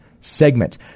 segment